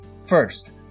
First